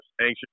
anxious